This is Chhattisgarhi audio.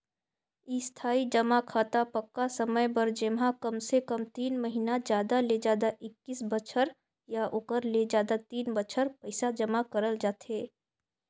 इस्थाई जमा खाता पक्का समय बर जेम्हा कमसे कम तीन महिना जादा ले जादा एक्कीस बछर या ओखर ले जादा दिन बर पइसा जमा करल जाथे